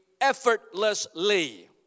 effortlessly